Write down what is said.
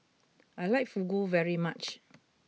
I like Fugu very much